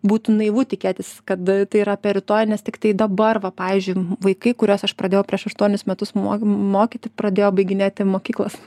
būtų naivu tikėtis kad tai yra apie rytojų nes tiktai dabar va pavyzdžiui vaikai kuriuos aš pradėjau prieš aštuonis metus mog mokyti pradėjo baiginėti mokyklos